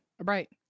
Right